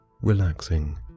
relaxing